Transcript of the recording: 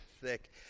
thick